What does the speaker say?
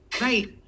right